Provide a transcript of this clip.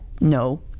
no